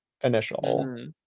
initial